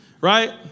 right